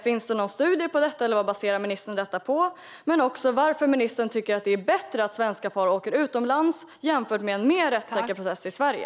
Finns det någon studie om det, eller vad baserar ministern detta på? Jag undrar också varför ministern tycker att det är bättre att svenska par åker utomlands än att de genomgår en mer rättssäker process i Sverige.